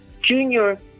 junior